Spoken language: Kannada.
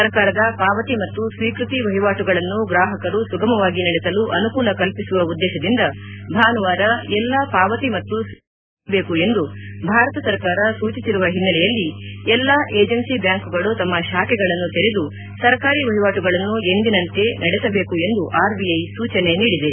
ಸರ್ಕಾರದ ಪಾವತಿ ಮತ್ತು ಸ್ವೀಕ್ಸತಿ ವಹಿವಾಟುಗಳನ್ನು ಗ್ರಾಪಕರು ಸುಗಮವಾಗಿ ನಡೆಸಲು ಅನುಕೂಲ ಕಲ್ಪಿಸುವ ಉದ್ದೇಶದಿಂದ ಭಾನುವಾರ ಎಲ್ಲಾ ಪಾವತಿ ಮತ್ತು ಸ್ವೀಕ್ಟತಿ ಕಚೇರಿಗಳು ತೆರೆಯಬೇಕು ಎಂದು ಭಾರತ ಸರ್ಕಾರ ಸೂಚಿಸಿರುವ ಹಿನ್ನೆಲೆಯಲ್ಲಿ ಎಲ್ಲಾ ಏಜೆನ್ನಿ ಬ್ಲಾಂಕ್ಗಳು ತಮ್ಮ ಶಾಖೆಗಳನ್ನು ತೆರೆದು ಸರ್ಕಾರಿ ವಹಿವಾಟುಗಳನ್ನು ಎಂದಿನಂತೆ ನಡೆಸಬೇಕು ಎಂದು ಆರ್ಬಿಐ ಸೂಚನೆ ನೀಡಿದೆ